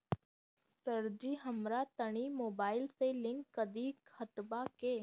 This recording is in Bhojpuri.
सरजी हमरा तनी मोबाइल से लिंक कदी खतबा के